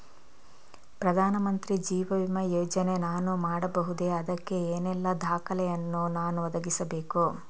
ಪ್ರಧಾನ ಮಂತ್ರಿ ಜೀವ ವಿಮೆ ಯೋಜನೆ ನಾನು ಮಾಡಬಹುದೇ, ಅದಕ್ಕೆ ಏನೆಲ್ಲ ದಾಖಲೆ ಯನ್ನು ನಾನು ಒದಗಿಸಬೇಕು?